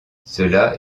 cela